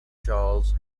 charles